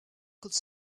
could